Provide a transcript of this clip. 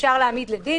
אפשר להעמיד לדין.